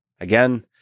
Again